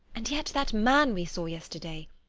and yet that man we saw yesterday!